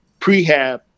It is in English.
prehab